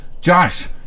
Josh